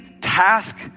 task